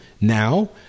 now